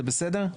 זה בסדר?